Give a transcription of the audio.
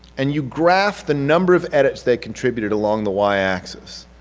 and you graph the number of edits they contributed along the y axis,